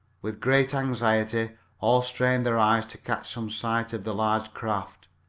with great anxiety all strained their eyes to catch some sight of the large craft.